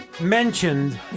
mentioned